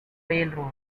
railroad